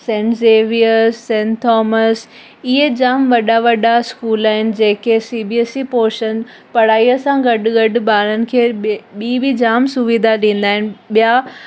Saint Xavier saint Thomas इहे जामु वॾा वॾा स्कूल आहिनि जेके C B S E portion पढ़ाईअ सां गॾु गॾु ॿारनि खे ॿी बि जामु सुविधा ॾींदा आहिनि ॿिया